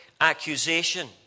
accusation